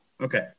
okay